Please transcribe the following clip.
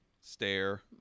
stare